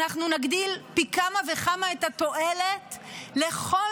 אנחנו נגדיל פי כמה וכמה את התועלת לכל